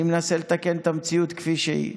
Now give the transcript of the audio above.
אני מנסה לתקן את המציאות כפי שהיא.